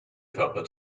körper